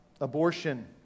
abortion